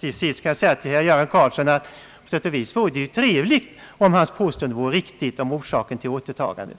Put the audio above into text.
Till sist vill jag säga till herr Göran Karlsson att på sätt och vis vore det trevligt om hans påstående om orsaken till återtagandet vore riktigt.